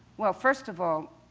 well, first of all,